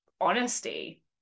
honesty